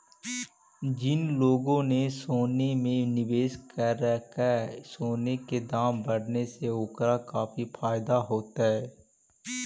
जिन लोगों ने सोने में निवेश करकई, सोने के दाम बढ़ने से ओकरा काफी फायदा होतई